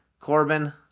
Corbin